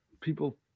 people